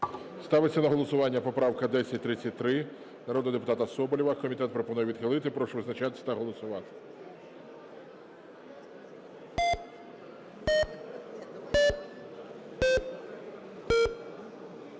Ставиться на голосування поправка 1033 народного депутата Соболєва. Комітет пропонує відхилити. Прошу визначатись та голосувати.